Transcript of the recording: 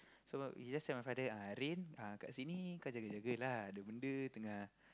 so he just tell my father ah Rin ah kat sini kau jaga-jagalah ada benda tengah